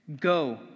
Go